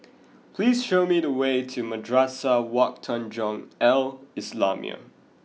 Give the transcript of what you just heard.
please show me the way to Madrasah Wak Tanjong Al Islamiah